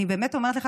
אני באמת אומרת לך,